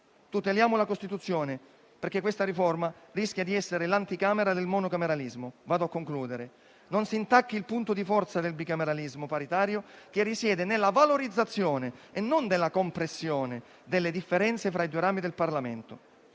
Tuteliamo la Costituzione, perché questa riforma rischia di essere l'anticamera del monocameralismo. In conclusione, non si intacchi il punto di forza del bicameralismo paritario, che risiede nella valorizzazione e non nella compressione delle differenze fra i due rami del Parlamento.